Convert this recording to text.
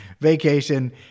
vacation